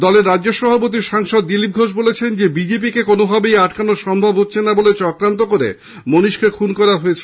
দলের রাজ্য সভাপতি সাংসদ দিলীপ ঘোষ বলেছেন বিজেপি কে কোনোভাবেই আটকানো সম্ভব হচ্ছে না বলে চক্রান্ত করে মনীশকে খুন করা হয়েছে